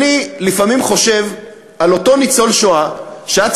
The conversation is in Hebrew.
אני לפעמים חושב על אותו ניצול שואה שהיה